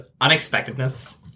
unexpectedness